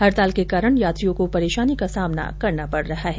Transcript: हडताल के कारण यात्रियों को परेशानी का सामना करना पड रहा है